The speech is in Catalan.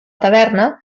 taverna